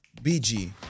BG